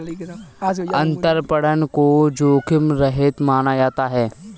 अंतरपणन को जोखिम रहित माना जाता है